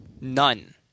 None